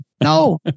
No